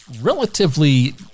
Relatively